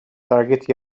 target